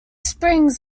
springs